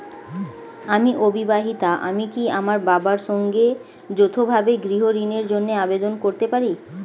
আমি অবিবাহিতা আমি কি আমার বাবার সঙ্গে যৌথভাবে গৃহ ঋণের জন্য আবেদন করতে পারি?